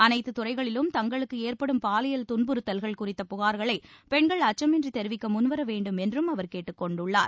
அனைத்து துறைகளிலும் தங்களுக்கு ஏற்படும் பாலியல் துன்புறத்தல்கள் குறித்த புகார்களை பெண்கள் அச்சமின்றி தெரிவிக்க முன்வரவேண்டும் என்றும் அவர் கேட்டுக்கொண்டுள்ளார்